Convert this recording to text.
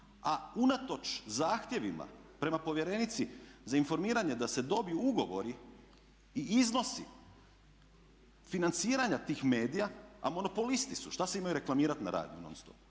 a unatoč zahtjevima prema povjerenici za informiranje da se dobiju ugovori i iznosi financiranja tih medija, a monopolisti su i što se imaju reklamirati na radiju non-stop,